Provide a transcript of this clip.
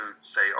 say